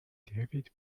david